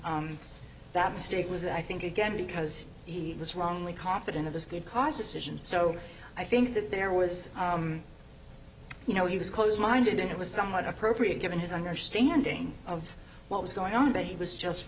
that mistake was i think again because he was wrongly confident of his good causes in so i think that there was you know he was close minded and it was somewhat appropriate given his understanding of what was going on but he was just